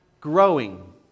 growing